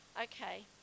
okay